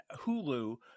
Hulu